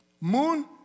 Moon